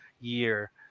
year